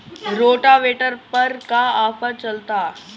Rotavator पर का offer चलता?